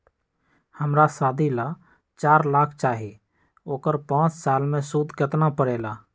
हमरा शादी ला चार लाख चाहि उकर पाँच साल मे सूद कितना परेला?